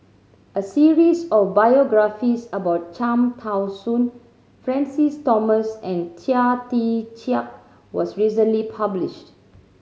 a series of biographies about Cham Tao Soon Francis Thomas and Chia Tee Chiak was recently published